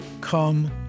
Come